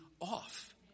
off